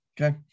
Okay